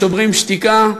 "שוברים שתיקה",